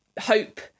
hope